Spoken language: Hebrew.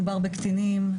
מדובר בקטינים.